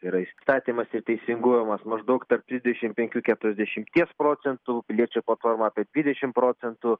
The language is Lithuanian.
tai yra įstatymas ir teisingumas maždaug tarp trisdešimt penkių keturiasdešimties procentų piliečių platforma apie dvidešim procentų